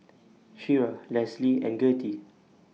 Shira Lesly and Gertie